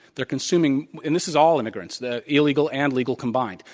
they're consuming and this is all immigrants, the illegal and legal combined.